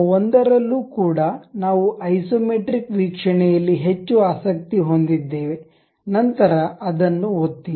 ಆ ಒಂದರಲ್ಲೂ ಕೂಡ ನಾವು ಐಸೊಮೆಟ್ರಿಕ್ ವೀಕ್ಷಣೆಯಲ್ಲಿ ಹೆಚ್ಚು ಆಸಕ್ತಿ ಹೊಂದಿದ್ದೇವೆ ನಂತರ ಅದನ್ನು ಒತ್ತಿ